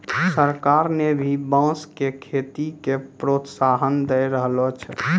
सरकार न भी बांस के खेती के प्रोत्साहन दै रहलो छै